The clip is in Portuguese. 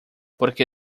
porque